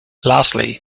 lastly